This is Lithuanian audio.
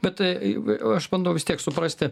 bet tai aš bandau vis tiek suprasti